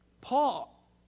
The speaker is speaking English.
Paul